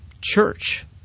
church